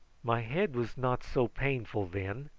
my head was not so painful then,